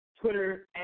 Twitter